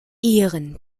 ehren